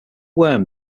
worm